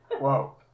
Whoa